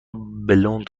بلوند